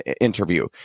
interview